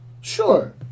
Sure